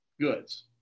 goods